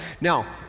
now